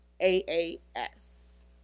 A-A-S